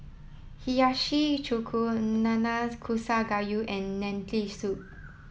Hiyashi Chuka Nanakusa Gayu and Lentil Soup